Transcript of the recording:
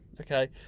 Okay